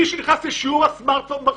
מי שנכנס לשיעור ישאיר את הסמרטפון בחוץ.